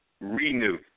renew